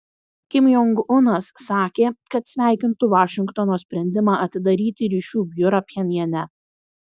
kim jong unas sakė kad sveikintų vašingtono sprendimą atidaryti ryšių biurą pchenjane